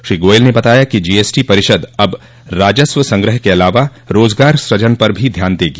श्री गोयल ने बताया कि जीएसटी परिषद अब राजस्व संग्रह के अलावा रोजगार सृजन पर भी ध्यान देगी